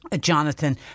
Jonathan